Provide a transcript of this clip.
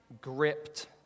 gripped